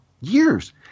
years